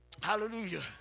Hallelujah